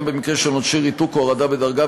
גם במקרים של עונשי ריתוק או הורדה בדרגה,